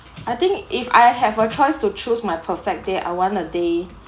I think if I have a choice to choose my perfect day I want a day